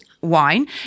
wine